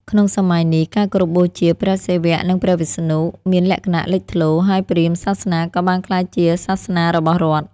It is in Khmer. ក្នុងសម័យនេះ ការគោរពបូជា ព្រះសិវៈ និង ព្រះវិស្ណុ មានលក្ខណៈលេចធ្លោ ហើយព្រាហ្មណ៍សាសនាក៏បានក្លាយជាសាសនារបស់រដ្ឋ។